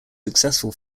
successful